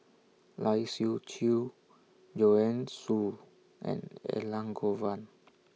Lai Siu Chiu Joanne Soo and Elangovan